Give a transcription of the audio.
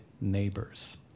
neighbors